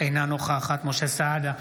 אינה נוכחת משה סעדה,